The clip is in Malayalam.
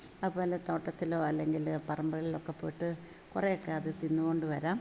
അപ്പം എന്താണ് തോട്ടത്തിലോ അല്ലെങ്കിൽ പറമ്പുകളിലൊക്കെ പോയിട്ട് കുറേയൊക്കെ അത് തിന്നു കൊണ്ട് വരാം